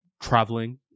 traveling